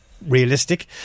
Realistic